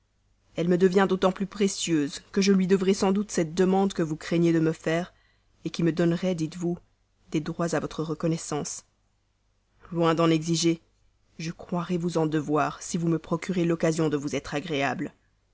elle me devient d'autant plus précieuse que je lui devrai sans doute cette demande que vous craignez de me faire qui me donnerait dites-vous des droits à votre reconnaissance ah loin d'en exiger je croirai vous en devoir si vous me procurez l'occasion de vous être agréable